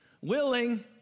willing